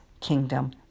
kingdom